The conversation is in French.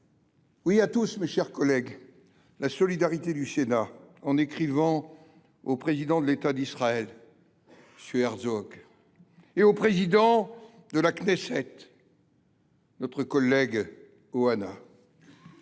oui, à tous, mes chers collègues – la solidarité du Sénat, en écrivant au président de l’État d’Israël, M. Herzog, et au président de la Knesset, notre collègue, M.